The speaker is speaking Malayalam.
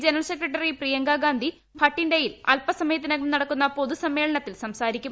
ജനറൽ സെക്രട്ടറി പ്രിയങ്കഗാന്ധി ഭട്ടിൻഡയിൽ അൽപസമയത്തിനകം നടക്കുന്ന പൊതു സമ്മേളനത്തിൽ സംസാരിക്കും